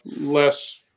less